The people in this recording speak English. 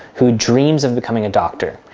who dreams of becoming a doctor.